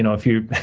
and if you